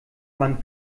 man